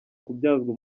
kubyazwa